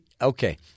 okay